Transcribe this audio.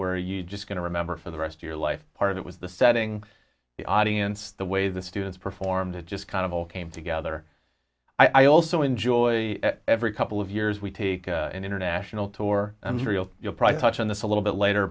where you just going to remember for the rest of your life part of it was the setting the audience the way the students performed it just kind of all came together i also enjoy every couple of years we take an international tour and cereal you'll probably touch on this a little bit later